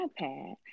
iPad